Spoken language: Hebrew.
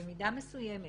במידה מסוימת